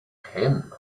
him